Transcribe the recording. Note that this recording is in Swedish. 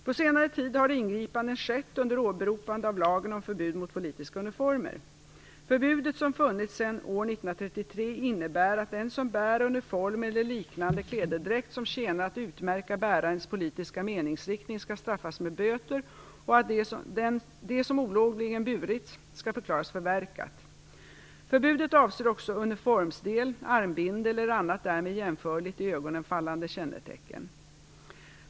På senare tid har ingripanden skett under åberopande av lagen om förbud mot politiska uniformer. Förbudet, som funnits sedan år 1933, innebär att den som bär uniform eller liknande klädedräkt, som tjänar att utmärka bärarens politiska meningsriktning skall straffas med böter och att det som olovligen burits skall förklaras förverkat. Förbudet avser också uniformsdel, armbindel eller annat därmed jämförligt i ögonen fallande kännetecken.